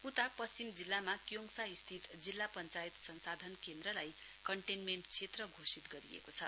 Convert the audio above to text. उता पश्चिम जिल्लामा क्योङसा स्थित जिल्ला पश्चायत संसाधन केन्द्रलाई कन्टेन्मेन्ट क्षेत्र घोषित गरिएको छ